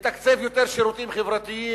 תקצוב רב יותר של שירותים חברתיים,